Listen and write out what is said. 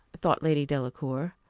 thought lady delacour,